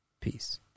Peace